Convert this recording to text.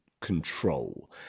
control